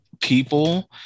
people